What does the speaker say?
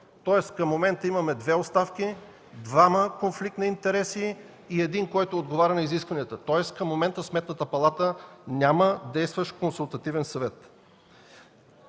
Тоест, към момента имаме две оставки, двама в конфликт на интереси и един, който отговаря на изискванията. Към момента Сметната палата няма действащ Консултативен съвет.